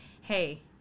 hey